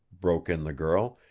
broke in the girl.